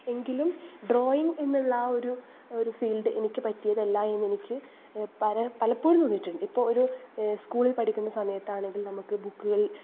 എങ്കിലും ഡ്രോയിങ്ങ് എന്നുള്ള ആ ഒരു ഒരു ഫീൽഡ് എനിക്ക് പറ്റിയതല്ല എന്ന് എനിക്ക് പല പലപ്പോഴും തോന്നിയിട്ടുണ്ട് ഇപ്പോൾ ഒരു സ്കൂളിൽ പഠിക്കുന്ന സമയത്താണെങ്കിൽ നമുക്ക് ബുക്കുകൾ